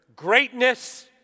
Greatness